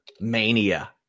Mania